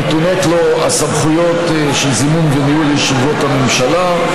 נתונות לו הסמכויות של זימון וניהול ישיבות הממשלה.